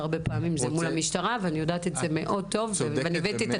הרבה פעמים זה מול המטרה ואני יודעת את זה מאוד טוב והבאתי את